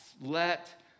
let